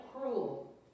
cruel